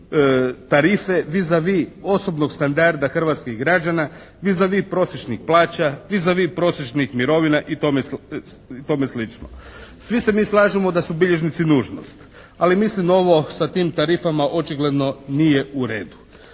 tarife vis a vis osobnog standarda hrvatskih građana, vis a vis prosječnih plaća, vis a vis prosječnih mirovina i tome slično. Svi se mi slažemo da su bilježnici nužnost ali mislim ovo, sa tim tarifama očigledno nije u redu.